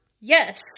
Yes